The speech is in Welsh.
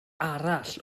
arall